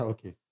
Okay